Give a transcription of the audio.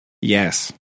Yes